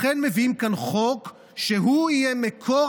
לכן מביאים כאן חוק שהוא יהיה מקור